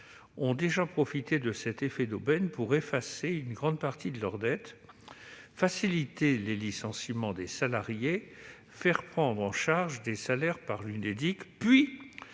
ont déjà profité de cet effet d'aubaine pour effacer une partie de leurs dettes, faciliter les licenciements des salariés, faire prendre en charge des salaires par l'Unédic puis